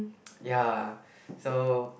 ya so